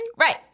Right